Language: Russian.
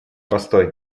постой